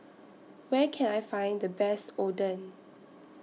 Where Can I Find The Best Oden